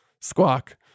Squawk